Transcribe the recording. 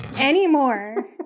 anymore